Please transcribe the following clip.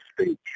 speech